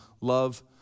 love